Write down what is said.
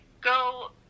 go